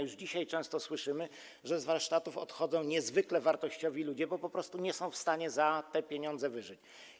Już dzisiaj często słyszymy, że z warsztatów odchodzą niezwykle wartościowi ludzie, bo po prostu nie są w stanie za te pieniądze wyżyć.